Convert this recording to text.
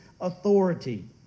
authority